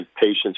patients